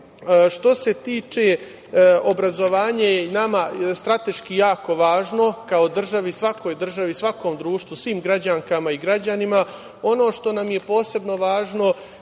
se tiče obrazovanja, nama je strateški jako važno kao državi, svakoj državi, svakom društvu, svim građankama i građanima, ono što nam je posebno važno